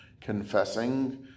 confessing